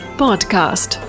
podcast